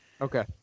Okay